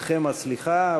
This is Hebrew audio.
אתכם הסליחה,